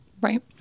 Right